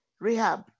rehab